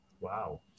Wow